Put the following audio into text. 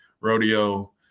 rodeo